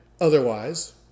Otherwise